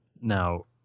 now